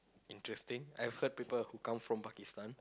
interesting I've heard people who come from Pakistan